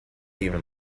even